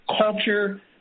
culture